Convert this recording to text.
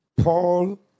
paul